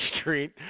street